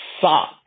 sock